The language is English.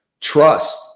trust